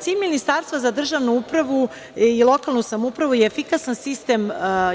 Cilj Ministarstva za državnu upravu i lokalnu samoupravu je efikasan sistem